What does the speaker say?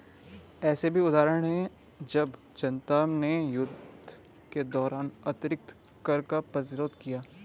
ऐसे भी उदाहरण हैं जब जनता ने युद्ध के दौरान अतिरिक्त कर का प्रतिरोध किया